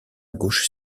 gauche